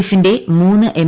എഫിന്റെ മൂന്ന് എം